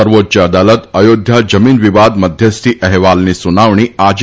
સર્વોચ્ય અદાલત અયોધ્યા જમીન વિવાદ મધ્યસ્થી અહેવાલની સુનાવણી આજે